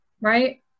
right